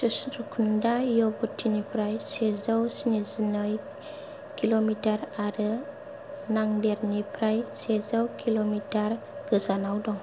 सहस्रकुंडआ यवतमालनिफ्राय सेजौ स्निजिनै किल'मिटार आरो नांदेड़निफ्राय सेजौ किल'मिटार गोजानाव दं